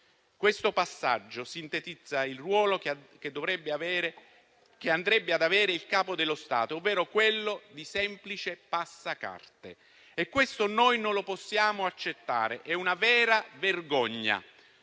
Questo passaggio sintetizza il ruolo che andrebbe ad avere il Capo dello Stato, ovvero quello di semplice passacarte. E questo noi non lo possiamo accettare. È una vera vergogna.